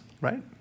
right